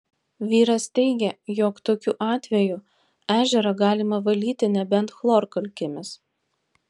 vyras teigė jog tokiu atveju ežerą galima valyti nebent chlorkalkėmis